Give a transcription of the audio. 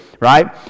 Right